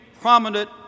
prominent